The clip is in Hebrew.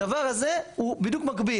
הדבר הזה הוא בדיוק מקביל.